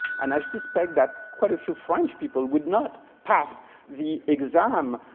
and i suspect that quite a few french people would not pass the exam.